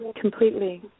completely